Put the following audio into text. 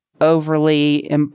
overly